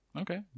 Okay